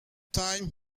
time